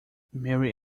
mary